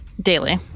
Daily